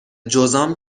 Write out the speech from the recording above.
جذام